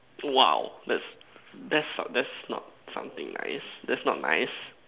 !wow! that's that's not that's not something nice that's not nice